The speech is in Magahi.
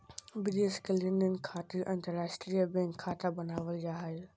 विदेश के लेनदेन खातिर अंतर्राष्ट्रीय बैंक खाता बनावल जा हय